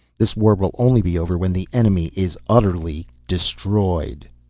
this war will only be over when the enemy is utterly destroyed!